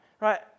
right